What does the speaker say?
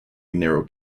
narrow